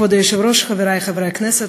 כבוד היושב-ראש, חברי חברי הכנסת,